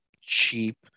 cheap